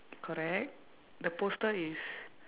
correct the poster is